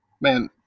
Man